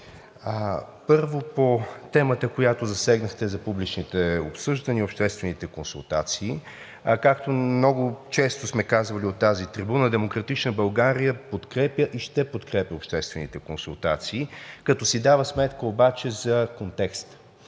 първо по темата, която засегнахте за публичните обсъждания и обществените консултации. Както много често сме казвали от тази трибуна, „Демократична България“ подкрепя и ще подкрепя обществените консултации, като си дава сметка обаче за контекста.